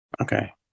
Okay